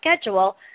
schedule